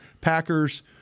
Packers